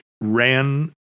ran